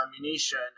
ammunition